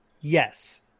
yes